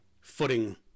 footing